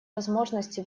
возможности